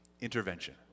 intervention